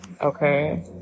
okay